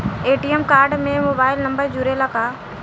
ATM card में mobile number जुरेला का?